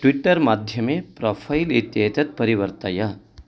Twitter माध्यमे profile इत्येतत् परिवर्तय